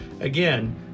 Again